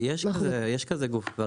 יש גוף כזה.